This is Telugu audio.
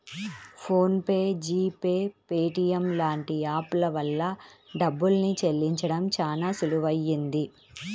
phone pay, G pay, Paytm లాంటి యాప్ ల వల్ల డబ్బుల్ని చెల్లించడం చానా సులువయ్యింది